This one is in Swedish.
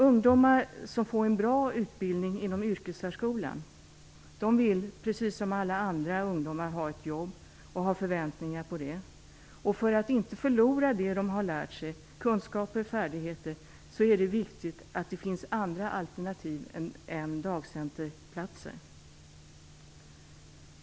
Ungdomar som får en bra utbildning inom yrkessärskolan vill, precis som alla andra ungdomar, ha ett jobb och har vissa förväntningar. För att de inte skall förlora sina kunskaper och färdigheter är det viktigt att det finns andra alternativ än dagcenterplatser.